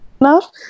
enough